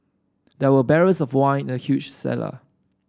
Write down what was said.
there were barrels of wine in a huge cellar